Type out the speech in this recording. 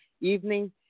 evening